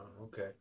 okay